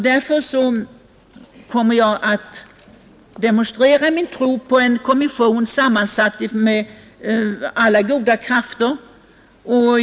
Därför kommer jag att demonstrera min tro på en kommission sammansatt av alla goda krafter.